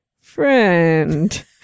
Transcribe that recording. friend